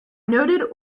noted